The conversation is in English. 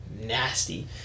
nasty